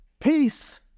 Peace